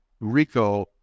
Rico